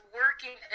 working